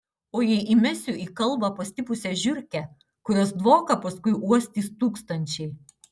o jei įmesiu į kalbą pastipusią žiurkę kurios dvoką paskui uostys tūkstančiai